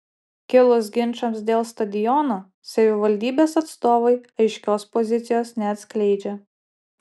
kilus ginčams dėl stadiono savivaldybės atstovai aiškios pozicijos neatskleidžia